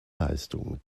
leistung